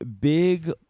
big